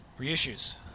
Reissues